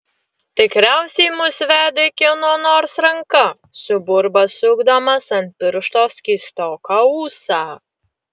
tikriausiai mus vedė kieno nors ranka suburba sukdamas ant piršto skystoką ūsą